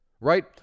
right